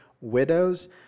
widows